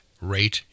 Rate